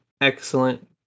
excellent